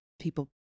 people